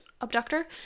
abductor